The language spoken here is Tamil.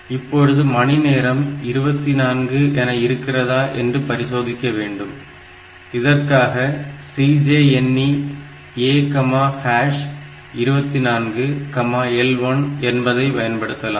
இப்பொழுது மணி நேரம் 24 என இருக்கிறதா என்று பரிசோதிக்க வேண்டும் இதற்காக CJNE A24L1 என்பதை பயன்படுத்தலாம்